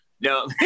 No